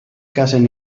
cacen